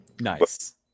Nice